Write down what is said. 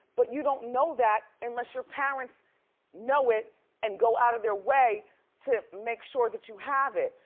but you don't know that unless your parents know it and go outta their way to make sure that you have it.